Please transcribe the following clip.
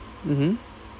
mmhmm